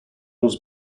was